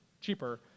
cheaper